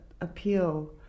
appeal